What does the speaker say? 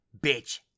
bitch